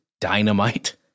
dynamite